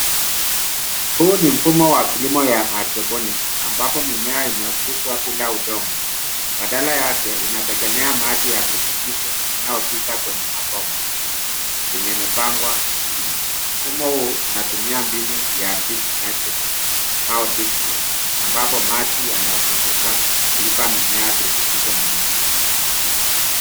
Huu ni mfumo wa kilimo ya Hydriponic ambao mimea inakuzwa bila udongo badala yake inategemea maji ya virutubisho yanayopita kwenye mabomba yenye imepangwa wima. Mfumo huu inatumia mbinu ya Deep Nitrogen au Deep Flow ambapo maji yanazunguka kuipa mimea virutubisho muhimu.